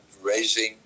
raising